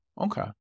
Okay